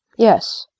yes.